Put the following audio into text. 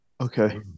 okay